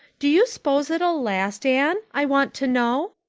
do you s'pose it'll last, anne? i want to know?